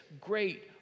great